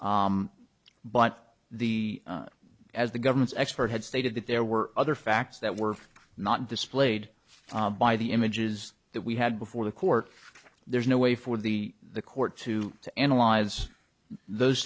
but the as the government's expert had stated that there were other facts that were not displayed by the images that we had before the court there's no way for the the court to to analyze those